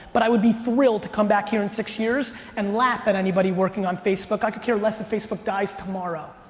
but i would be thrilled to come back here in six years and laugh at anybody working on facebook. could care less if facebook dies tomorrow.